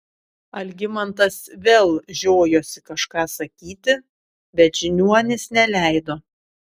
algimantas vėl žiojosi kažką sakyti bet žiniuonis neleido